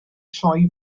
sioe